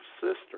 sister